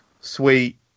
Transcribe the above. sweet